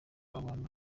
abantu